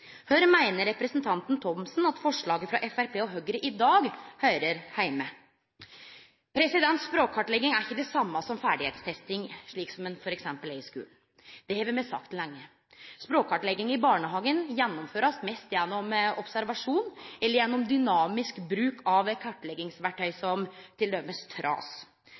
Kvar meiner Thomsen at forslaget frå Framstegspartiet og Høgre i dag høyrer heime? Språkkartlegging er ikkje det same som ferdigheitstesting, slik ein t.d. har i skulen. Det har me sagt lenge. Språkkartlegging i barnehagen blir gjennomført mest gjennom observasjon eller ved dynamisk bruk av kartleggingsverktøy, som t.d. TRAS.